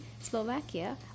Slovakia